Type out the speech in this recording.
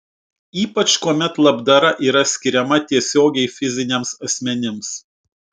ypač kuomet labdara yra skiriama tiesiogiai fiziniams asmenims